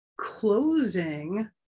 closing